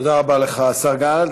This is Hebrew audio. תודה רבה לך, השר גלנט.